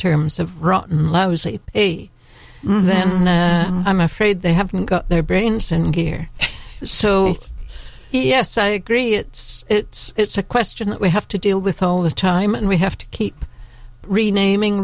terms of rotten lousy then i'm afraid they haven't got their brains and here so yes i agree it's it's it's a question that we have to deal with all the time and we have to keep renaming